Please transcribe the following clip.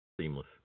Seamless